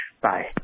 Bye